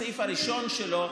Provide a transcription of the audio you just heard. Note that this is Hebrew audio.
בסעיף הראשון שלו,